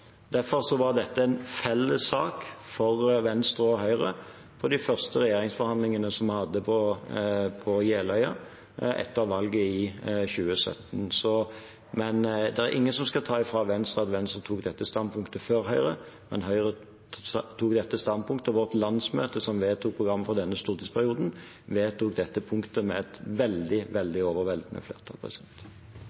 var dette en felles sak for Venstre og Høyre i de første regjeringsforhandlingene vi hadde på Jeløya etter valget i 2017. Men det er ingen som skal ta fra Venstre at Venstre tok dette standpunktet før Høyre. Høyre tok dette standpunktet på vårt landsmøte som vedtok programmet for denne stortingsperioden, og vedtok dette punktet med et veldig,